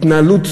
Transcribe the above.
התנהלות,